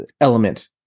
element